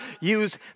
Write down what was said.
use